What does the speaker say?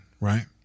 right